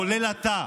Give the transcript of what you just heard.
כולל אתה,